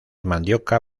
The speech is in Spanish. mandioca